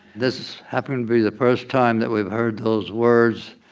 this happened to be the first time that we've heard those words,